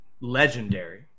legendary